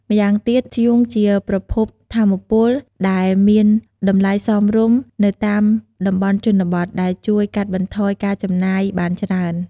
ម្យ៉ាងទៀត ធ្យូងជាប្រភពថាមពលដែលមានតម្លៃសមរម្យនៅតាមតំបន់ជនបទដែលជួយកាត់បន្ថយការចំណាយបានច្រើន។